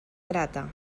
grata